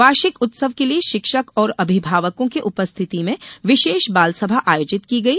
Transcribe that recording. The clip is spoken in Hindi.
वार्षिक उत्सव के लिये शिक्षक और अभिभावकों के उपस्थिति में विशेष बालसभा आयोजित की गई